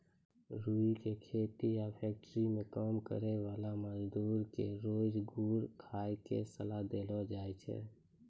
रूई के खेत या फैक्ट्री मं काम करै वाला मजदूर क रोज गुड़ खाय के सलाह देलो जाय छै